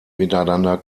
miteinander